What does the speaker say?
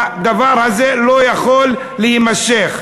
הדבר הזה לא יכול להימשך.